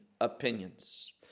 opinions